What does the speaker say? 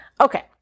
Okay